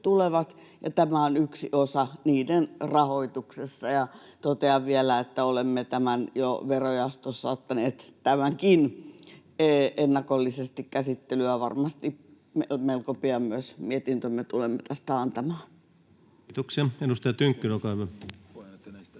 tämä on yksi osa niiden rahoituksessa. Ja totean vielä, että olemme verojaostossa jo ottaneet tämänkin ennakollisesti käsittelyyn ja varmasti melko pian myös mietintömme tulemme tästä antamaan. Kiitoksia. — Edustaja Tynkkynen, olkaa hyvä. Arvoisa